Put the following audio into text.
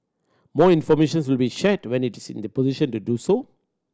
more information will be shared when it is in a position to do so